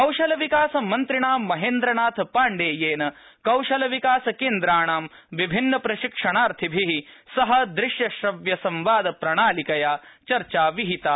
कौशलविकासमन्त्रिणा महद्द्विमाथपाण्ड्याः कौशलविकासक्व्विणां विभिन्नप्रशिक्षणार्थिभि सह दृश्यश्रव्यसंवाद प्रणालिकया चर्चा विहिता